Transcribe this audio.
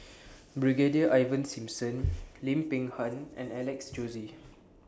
Brigadier Ivan Simson Lim Peng Han and Alex Josey